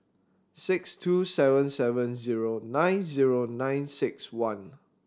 six two seven seven zero nine zero nine six one